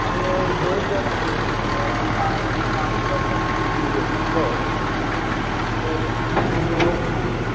आङो जइन जाजेननायनिफ्रायनो सानै मास्टार सोलिबोनायथ' बबेनिखौ